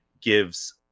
gives